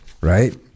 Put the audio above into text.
right